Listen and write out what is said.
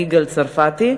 יגאל צרפתי,